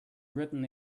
written